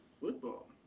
football